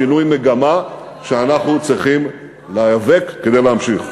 שינוי מגמה שאנחנו צריכים להיאבק כדי להמשיך.